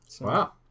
Wow